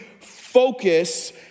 focus